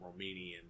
Romanian